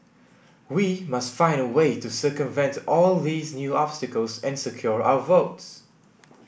we must find a way to circumvent all these new obstacles and secure our votes